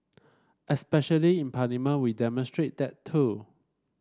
especially in Parliament we demonstrate that too